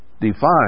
define